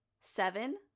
seven